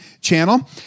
channel